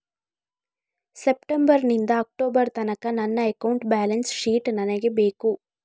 September ನಿಂದ October ತನಕ ನನ್ನ ಅಕೌಂಟ್ ಬ್ಯಾಲೆನ್ಸ್ ಶೀಟ್ ನನಗೆ ಬೇಕು